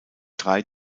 drei